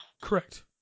Correct